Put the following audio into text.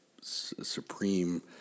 supreme